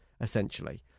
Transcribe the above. essentially